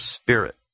Spirit